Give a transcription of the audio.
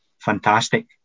fantastic